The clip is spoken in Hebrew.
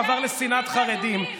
עבר לשנאת חרדים.